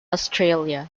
australia